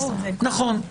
נכון,